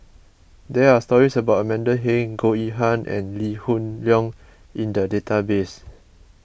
there are stories about Amanda Heng Goh Yihan and Lee Hoon Leong in the database